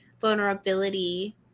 vulnerability